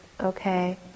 okay